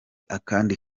akandi